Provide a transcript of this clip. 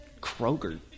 Kroger